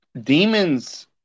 demons